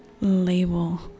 label